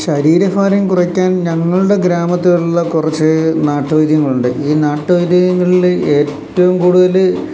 ശരീരഭാരം കുറയ്ക്കാൻ ഞങ്ങളുടെ ഗ്രാമത്തിലുള്ള കുറച്ചു നാട്ടുവൈദ്യങ്ങളുണ്ട് ഈ നാട്ടുവൈദ്യങ്ങളില് ഏറ്റവും കൂടുതല്